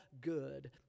good